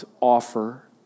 offer